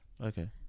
Okay